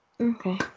okay